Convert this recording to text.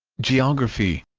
geography